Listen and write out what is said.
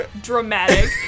dramatic